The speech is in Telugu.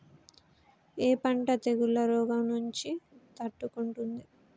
ఏ పంట తెగుళ్ల రోగం నుంచి తట్టుకుంటుంది?